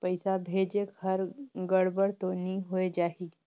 पइसा भेजेक हर गड़बड़ तो नि होए जाही?